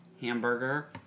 hamburger